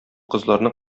кызларны